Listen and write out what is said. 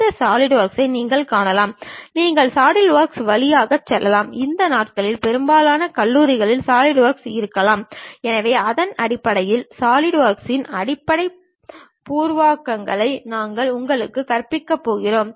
இந்த சாலிட்வொர்க்ஸை நீங்கள் காணலாம் நீங்கள் சாலிட்வொர்க்ஸ் வழியாக செல்லலாம் இந்த நாட்களில் பெரும்பாலான கல்லூரிகளில் சாலிட்வொர்க்ஸ் இருக்கலாம் எனவே அதன் அடிப்படையில் சாலிட்வொர்க்ஸில் அடிப்படை பூர்வாங்கங்களை நாங்கள் உங்களுக்கு கற்பிக்கப் போகிறோம்